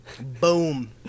Boom